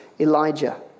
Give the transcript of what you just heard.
Elijah